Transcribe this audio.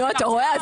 נו, אתה רואה?